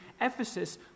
Ephesus